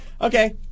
Okay